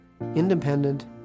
Independent